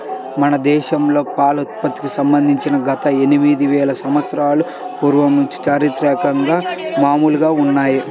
మన దేశంలో పాల ఉత్పత్తికి సంబంధించి గత ఎనిమిది వేల సంవత్సరాల పూర్వం నుంచి చారిత్రక మూలాలు ఉన్నాయి